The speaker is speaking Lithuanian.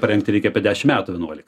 parengti reikia apie dešim metų vienuolika